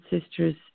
sisters